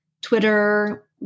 Twitter